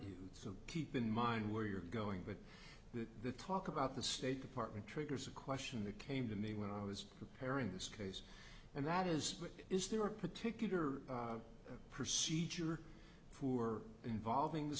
to keep in mind where you're going but the talk about the state department triggers a question that came to me when i was preparing this case and that is that is there a particular procedure for involving the